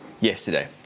yesterday